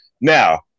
Now